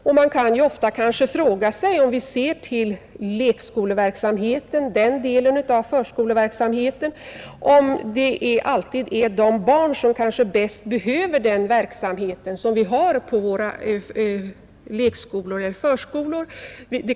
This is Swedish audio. Man kan kanske ofta fråga sig, om det alltid är så att vi på våra lekskolor eller förskolor har just de barn som bäst behöver den verksamheten.